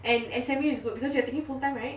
and S_M_U is good because you are taking full time right